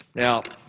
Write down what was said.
now,